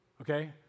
okay